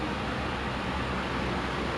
ya true true